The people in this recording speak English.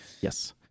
Yes